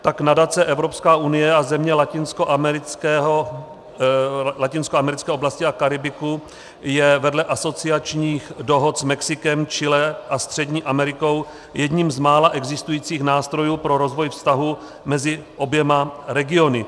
Tak nadace Evropská unie a země latinskoamerické oblasti a Karibiku je vedle asociačních dohod s Mexikem, Chile a Střední Amerikou jedním z mála existujících nástrojů pro rozvoj vztahů mezi oběma regiony.